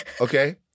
okay